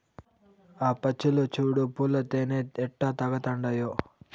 ఆ పచ్చులు చూడు పూల తేనె ఎట్టా తాగతండాయో